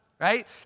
right